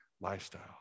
lifestyle